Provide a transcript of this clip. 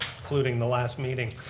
including the last meeting.